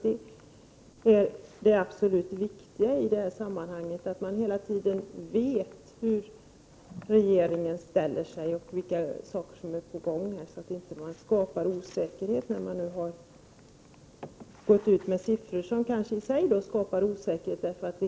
I detta sammanhang tror jag att det är mycket viktigt att människorna hela tiden vet hur regeringen ställer sig och vad som är på gång. Det gäller att inte skapa osäkerhet. De siffror man går ut med kanske i sig skapar osäkerhet.